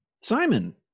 Simon